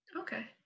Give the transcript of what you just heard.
okay